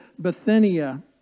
Bithynia